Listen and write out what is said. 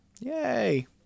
Yay